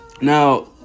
Now